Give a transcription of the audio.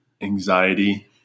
anxiety